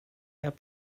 have